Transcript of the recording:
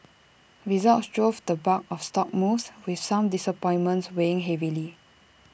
results drove the bulk of stock moves with some disappointments weighing heavily